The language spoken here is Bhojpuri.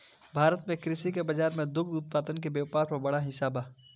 भारत में कृषि के बाजार में दुग्ध उत्पादन के व्यापार क बड़ा हिस्सा बा